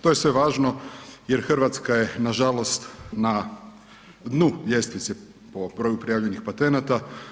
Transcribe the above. To je sve važno jer Hrvatska je na žalost na dnu ljestvice po broju prijavljenih patenata.